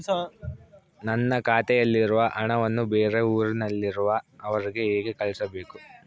ನನ್ನ ಖಾತೆಯಲ್ಲಿರುವ ಹಣವನ್ನು ಬೇರೆ ಊರಿನಲ್ಲಿರುವ ಅವರಿಗೆ ಹೇಗೆ ಕಳಿಸಬೇಕು?